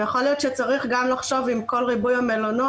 ויכול להיות שצריך גם לחשוב עם כל ריבוי המלונות,